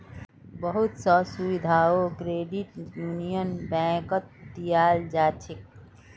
बहुत स सुविधाओ क्रेडिट यूनियन बैंकत दीयाल जा छेक